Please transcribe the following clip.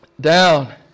down